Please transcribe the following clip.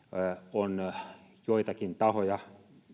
on joitakin tahoja